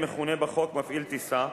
המכונה בחוק "מפעיל טיסה",